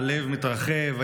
הלב מתרחב,